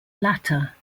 latter